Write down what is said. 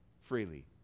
freely